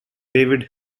david